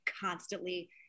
constantly